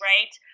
Right